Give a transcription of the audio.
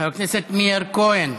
חבר הכנסת מאיר כהן.